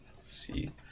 see